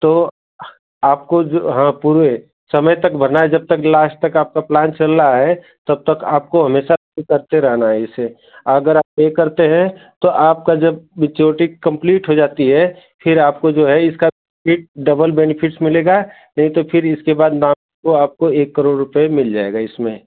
तो आपको जो हाँ पूरे समय तक भरना है जब तक लाश्ट तक आपका प्लान चल रहा है तब तक आपको हमेशा करते रहना है ऐसे अगर आप यह करते हैं तो आपका जब मैच्योरटी कंप्लीट हो जाती है फ़िर आपको जो है इसका एक डबल बेनीफिट्स मिलेगा नहीं तो फ़िर इसके बाद नाम को आपको एक करोड़ रुपये मिल जाएगा इसमें